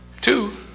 Two